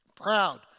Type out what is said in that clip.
Proud